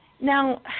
Now